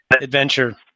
adventure